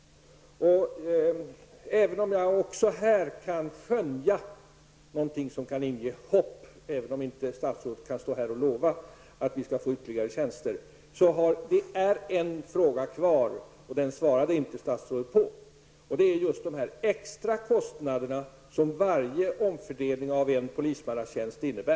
Jag kan dock skönja något som inger hopp, även om statsrådet inte kan stå här och lova att vi skall få ytterligare tjänster. En fråga, som statsrådet inte svarade på, kvarstår. Frågan gäller de extra kostnader som varje omfördelning av en polismannatjänst medför.